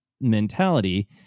mentality